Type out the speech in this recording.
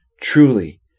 Truly